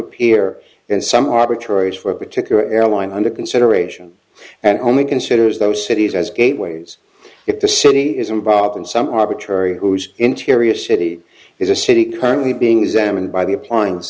appear in some arbitrary for a particular airline under consideration and only considers those cities as gateways if the city is involved in some arbitrary whose interior city is a city currently being examined by the appliance